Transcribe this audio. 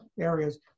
areas